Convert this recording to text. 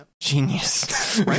Genius